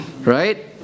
right